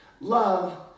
Love